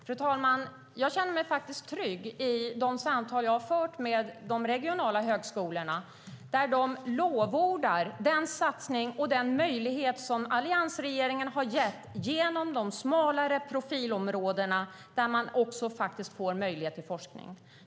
Fru talman! Jag känner mig trygg med de samtal jag har fört med de regionala högskolorna. De lovordar den satsning och den möjlighet som alliansregeringen har gett genom de smalare profilområdena där man också får möjlighet till forskning.